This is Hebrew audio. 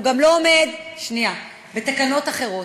והוא גם לא עומד בתקנות אחרות.